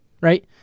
right